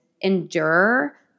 endure